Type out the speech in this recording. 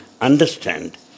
understand